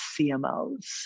CMOs